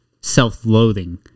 self-loathing